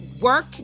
work